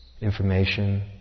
information